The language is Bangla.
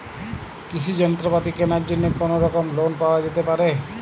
কৃষিযন্ত্রপাতি কেনার জন্য কোনোরকম লোন পাওয়া যেতে পারে?